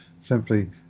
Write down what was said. simply